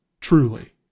truly